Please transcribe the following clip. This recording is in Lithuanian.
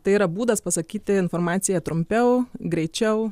tai yra būdas pasakyti informaciją trumpiau greičiau